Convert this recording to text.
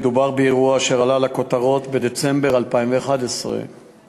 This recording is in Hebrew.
מדובר באירוע אשר עלה לכותרות בדצמבר 2011 על